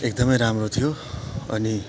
एकदमै राम्रो थियो अनि